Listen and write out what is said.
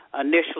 initially